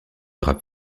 rap